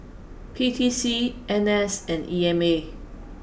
P T C N S and E M A